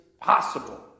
possible